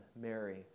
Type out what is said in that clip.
Mary